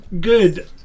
good